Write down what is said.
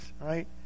right